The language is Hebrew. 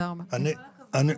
כל הכבוד.